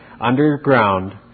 underground